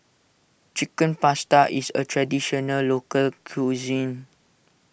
Chicken Pasta is a Traditional Local Cuisine